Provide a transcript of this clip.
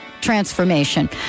transformation